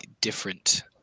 different